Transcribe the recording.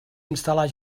instal·lar